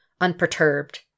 unperturbed